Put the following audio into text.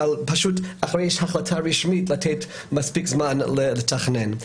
אבל אחרי החלטה רשמית לתת מספיק זמן לתכנן.